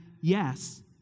yes